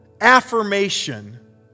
affirmation